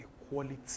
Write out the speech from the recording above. equality